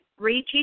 reteach